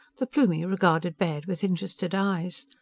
the plumie regarded baird with interested eyes.